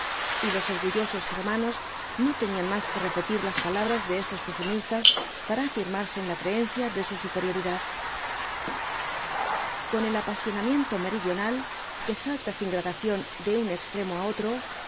y los orgullosos germanos no tenían más que repetir las palabras de estos pesimistas para afirmarse en la creencia de su superioridad con el apasionamiento meridional que salta sin gradación de un extremo á otro